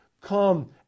Come